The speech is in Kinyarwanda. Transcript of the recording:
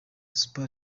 super